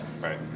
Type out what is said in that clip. Right